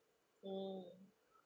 mm